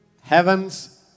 heaven's